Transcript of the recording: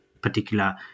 particular